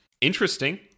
interesting